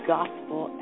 Gospel